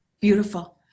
Beautiful